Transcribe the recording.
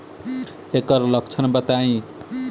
एकर लक्षण बताई?